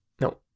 No